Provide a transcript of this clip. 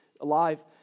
alive